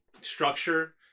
structure